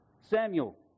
Samuel